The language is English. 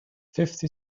fifty